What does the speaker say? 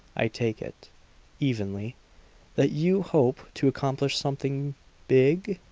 i take it evenly that you hope to accomplish something big?